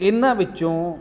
ਇਹਨਾਂ ਵਿੱਚੋਂ